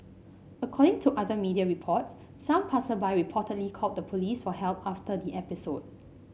according to other media reports some passersby reportedly called the police for help after the episode